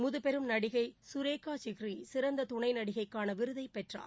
முதுபெரும் நடிகை சுரேகா சிக்கிரி சிறந்த துணை நடிகைக்கான விருதைப் பெற்றார்